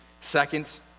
Second